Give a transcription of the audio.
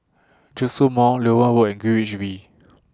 Djitsun Mall Loewen Road and Greenwich V